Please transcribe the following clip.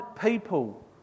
people